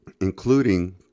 including